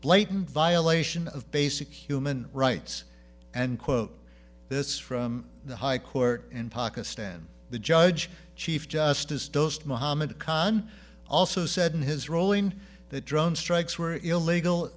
blatant violation of basic human rights and quote this from the high court in pakistan the judge chief justice dosed mohammad khan also said in his ruling that drone strikes were illegal